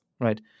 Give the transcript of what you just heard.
right